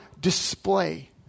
display